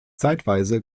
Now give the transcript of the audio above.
zeitweise